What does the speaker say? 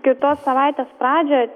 kitos savaitės pradžioj